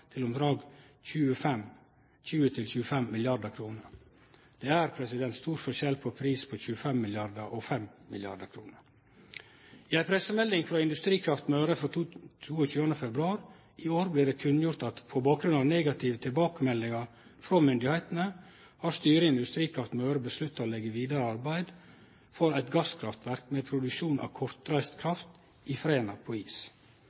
til om lag 20–25 mrd. kr. Det er stor forskjell på ein pris på 25 mrd. kr og 5 mrd. kr. I ei pressemelding frå Industrikraft Møre frå 22. februar i år blir det kunngjort: «På bakgrunn av negative tilbakemeldinger fra myndighetene, har styret i Industrikraft Møre besluttet å legge videre arbeide for et gasskraftverk med produksjon av Kortreist kraft i Fræna på is.»